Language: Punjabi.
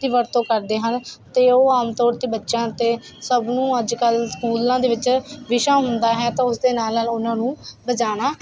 ਦੀ ਵਰਤੋਂ ਕਰਦੇ ਹਨ ਅਤੇ ਉਹ ਆਮ ਤੌਰ 'ਤੇ ਬੱਚਿਆਂ ਅਤੇ ਸਭ ਨੂੰ ਅੱਜ ਕੱਲ੍ਹ ਸਕੂਲਾਂ ਦੇ ਵਿੱਚ ਵਿਸ਼ਾ ਹੁੰਦਾ ਹੈ ਤਾਂ ਉਸਦੇ ਨਾਲ ਨਾਲ ਉਹਨਾਂ ਨੂੰ ਵਜਾਉਣਾ